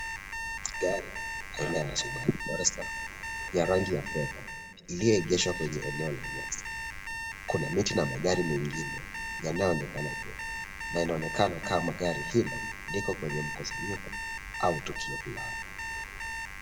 Gari aina ya Subaru Forester ya rangi ya fedha iliyoegeshwa kwenye eneo la nyasi. Kuna miti na magari mengine yanayoonekana nyuma na inaonekana kama gari hilo liko kwenye mkusanyiko au tukio fulani.